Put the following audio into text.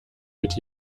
mit